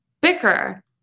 bicker